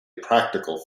practical